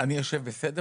יוספטל וסורוקה.